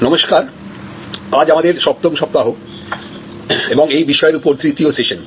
নমস্কার আজ আমাদের সপ্তম সপ্তাহ এবং এই বিষয়ের উপরে তৃতীয় সেশন